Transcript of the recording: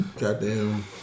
Goddamn